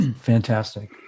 fantastic